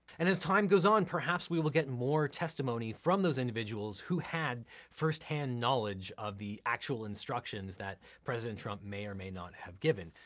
and as time goes on, perhaps we will get more testimony from those individuals who had first-hand knowledge of the actual instructions that president trump may or may not have given.